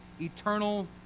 eternal